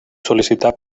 sol·licitar